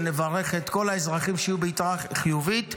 ואני מברך את כל האזרחים שיהיו ביתרה חיובית.